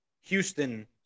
Houston